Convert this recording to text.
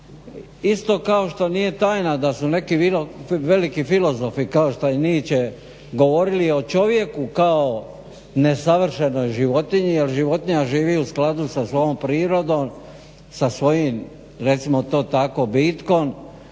Isto kao što nije tajna da su neki veliki filozofi kao što je Nietzsche govorili o čovjeku kao nesavršenoj životinji jer životinja živi u skladu sa svojom prirodom sa svojim recimo to tako bitkom,